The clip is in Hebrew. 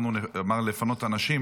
הוא אמר, לפנות אנשים.